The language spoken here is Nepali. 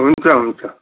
हुन्छ हुन्छ